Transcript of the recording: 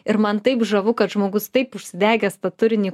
ir man taip žavu kad žmogus taip užsidegęs tą turinį